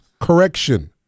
correction